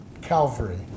Calvary